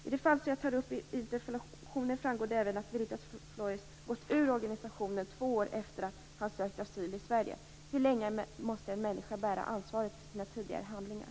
I det fall som jag tar upp i interpellationen framgår det även att Velita Flores gått ur organisationen två år efter att han sökt asyl i Sverige. Hur länge måste en människa bära ansvaret för sina tidigare handlingar?